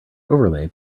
overlay